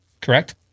Correct